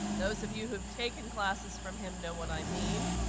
those of you who have taken classes from him know what i mean.